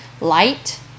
light